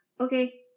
Okay